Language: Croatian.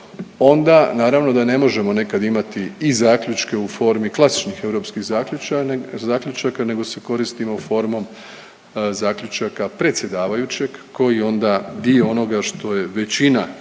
onda naravno da ne možemo nekad imati i zaključke u formi klasičnih europskih zaključaka nego se koristimo formom zaključaka predsjedavajućeg koji onda dio onoga što je većina